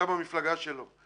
אתה מהמפלגה שלו.